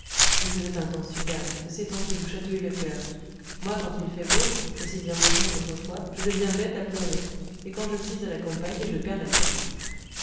il faisait un temps superbe de ces temps qui vous chatouillent le coeur moi quand il fait beau aussi bien maintenant qu'autrefois je deviens bête à pleurer et quand je suis à la campagne je perds la tête